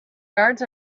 guards